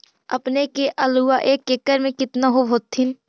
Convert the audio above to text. अपने के आलुआ एक एकड़ मे कितना होब होत्थिन?